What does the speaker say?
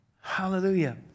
Hallelujah